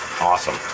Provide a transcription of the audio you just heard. Awesome